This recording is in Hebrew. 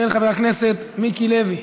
של חבר הכנסת מיקי לוי.